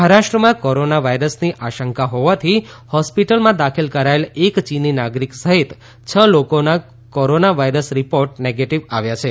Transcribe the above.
મહારાષ્ટ્રમાં કોરોના વાઈરસની આશંકા હોવાથી હોસ્પિટલમાં દાખલ કરાયેલ એક ચીની નાગરિક સહિત છ લોકોના કોરોના વાઈરસ રિપોર્ટ નેગેટિવ આવ્યા છે